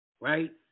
Right